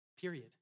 period